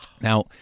Now